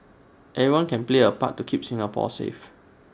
everyone can play A part to keep Singapore safe